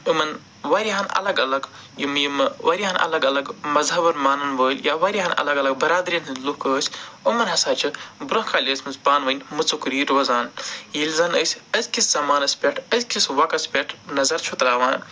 یِمَن واریاہَن الگ الگ یِم یِمہٕ واریاہَن الگ الگ مَذہَبَن مانَن وٲلۍ یا واریاہَن الگ الگ بَرادٔریَن ہٕنٛدۍ لُکھ ٲسۍ یِمَن ہَسا چھِ برٛونٛہہ کالہِ ٲسۍمٕژ پانہٕ ؤنۍ مُژُکری روزان ییٚلہِ زَن أسۍ أزکِس زمانَس پٮ۪ٹھ أزکِس وَقَس پٮ۪ٹھ نَظَر چھُ ترٛاوان